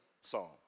song